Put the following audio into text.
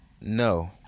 no